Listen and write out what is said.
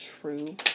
True